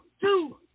Two